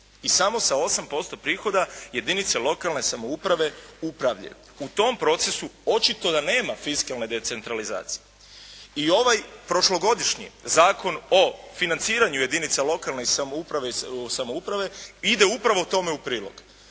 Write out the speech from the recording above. i samo sa 8% prihoda jedinice lokalne samouprave upravljaju. U tom procesu očito da nema fiskalne decentralizacije. I ovaj prošlogodišnji Zakon o financiranju jedinica lokalne samouprave ide upravo tome u prilog.